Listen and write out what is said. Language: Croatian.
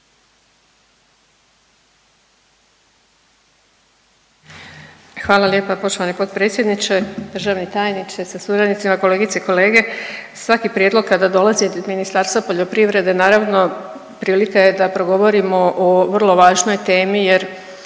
Hvala lijepa poštovani potpredsjedniče, državni tajniče sa suradnicima, kolegice i kolege. Svaki prijedlog kada dolazi od Ministarstva poljoprivrede naravno prilika je da progovorimo o vrlo važnoj temi jer